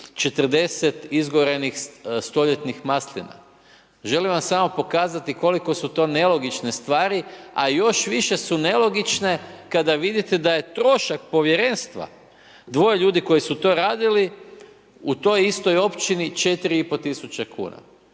40 izgorenih stoljetnih maslina, želim vam samo pokazati koliko su to nelogične stvari, a još više su nelogične kada vidite da je trošak povjerenstva dvoje ljudi koji su to radili u toj istoj općini 4500 kuna.